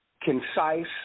concise